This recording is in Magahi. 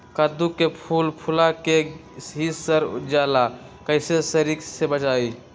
कददु के फूल फुला के ही सर जाला कइसे सरी से बचाई?